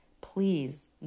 Please